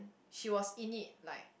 she was in it like